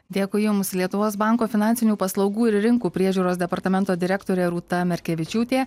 dėkui jums lietuvos banko finansinių paslaugų ir rinkų priežiūros departamento direktorė rūta merkevičiūtė